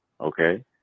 Okay